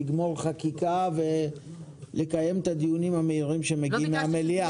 צריך לגמור חקיקה ולקיים את הדיונים המהירים שמגיעים מהמליאה.